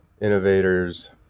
innovators